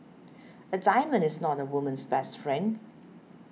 a diamond is not a woman's best friend